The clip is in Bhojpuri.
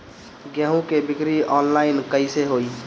गेहूं के बिक्री आनलाइन कइसे होई?